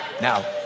now